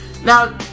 now